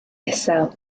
isel